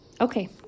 Okay